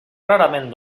rarament